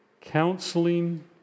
Counseling